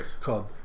Called